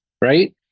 Right